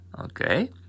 okay